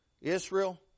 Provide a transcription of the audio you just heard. Israel